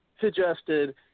suggested